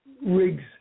Rigs